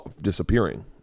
disappearing